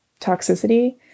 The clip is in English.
toxicity